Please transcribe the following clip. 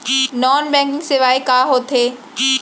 non banking सेवाएं का होथे